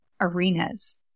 arenas